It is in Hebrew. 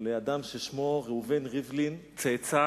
לאדם ששמו ראובן ריבלין, צאצא